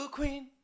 Queen